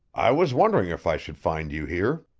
i was wondering if i should find you here.